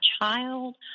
child